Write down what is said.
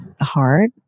hard